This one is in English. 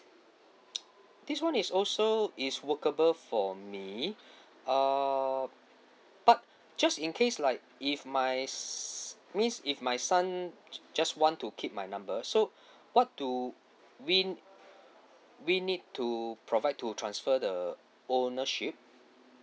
this [one] is also is workable for me err but just in case like if my s~ means if my son just want to keep my number so what do we we need to provide to transfer the ownership